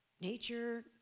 nature